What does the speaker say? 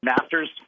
master's